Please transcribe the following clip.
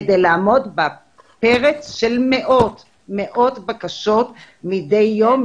כדי לעמוד בפרץ של מאות בקשות מדי יום,